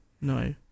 No